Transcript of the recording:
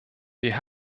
wir